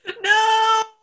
no